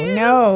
no